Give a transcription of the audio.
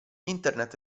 internet